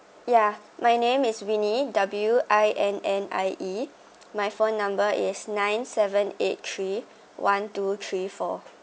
yeah my name is winnie W I N N I E my phone number is nine seven eight three one two three four